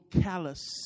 callous